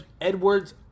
Edwards